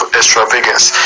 extravagance